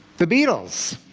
the beatles,